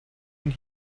and